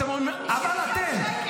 אתם אומרים: אבל אתם,